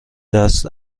دست